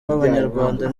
babanyarwanda